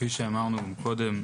כפי שאמרנו קודם,